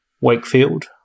Wakefield